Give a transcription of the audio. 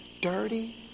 dirty